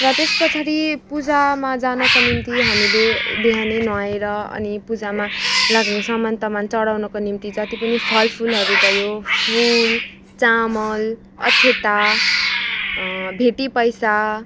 र त्यस पछाडि पुजामा जानको निम्ति हामीले बिहानै नुहाएर अनि पुजामा लागने सामान तमान चढाउनको निम्ती जति नि फल फुलहरू भयो फुल चामल अक्षता भेटी पैसा